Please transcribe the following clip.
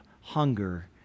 hunger